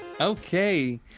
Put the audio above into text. Okay